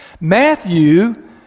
Matthew